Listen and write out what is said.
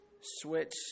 switch